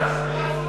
איפה נולדת?